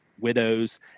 widows